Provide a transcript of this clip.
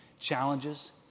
challenges